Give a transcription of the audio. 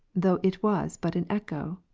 though it was but an echo?